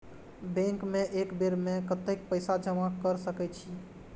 Bank में एक बेर में कतेक पैसा जमा कर सके छीये?